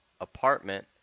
apartment